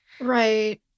Right